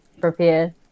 prepare